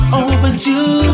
overdue